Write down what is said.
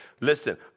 Listen